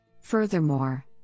Furthermore